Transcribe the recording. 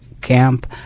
camp